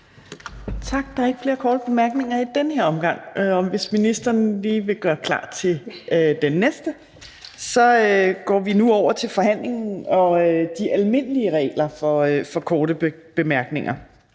Tak. Der er ikke flere korte bemærkninger i den her omgang. Hvis ministeren lige vil gøre klar til den næste, er det fint. Vi går nu over til forhandlingen og de almindelige regler for korte bemærkninger,